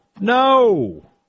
No